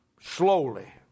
slowly